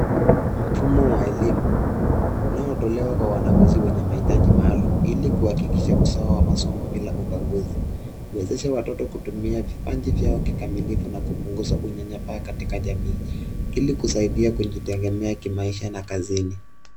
Mfuma wa elimu unaotolewa kwa wanafunzi wenye mahitaji maalum ilikuhakikisha usawa wa masomo bila ubaguzi huwezesha watoto kutumia vipaji vyao kikamilifu na kupunguza unyanyapaa katika jamii ilikusaidia kujitegemea kimaisha na kazini.